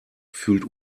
fühlt